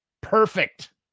Perfect